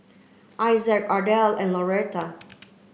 Isaac Ardelle and Loretta